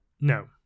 No